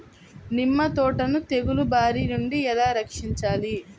నిమ్మ తోటను తెగులు బారి నుండి ఎలా రక్షించాలి?